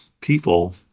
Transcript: people